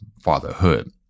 fatherhood